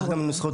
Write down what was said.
ככה גם מנוסחות